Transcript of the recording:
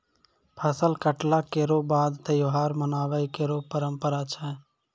फसल कटला केरो बाद त्योहार मनाबय केरो परंपरा छै